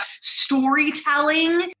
storytelling